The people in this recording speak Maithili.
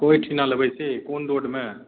कोइ ठिना लेबै से कोन रोडमे